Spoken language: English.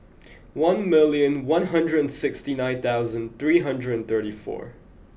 one million one hundred and sixty nine thousand three hundred and thirty four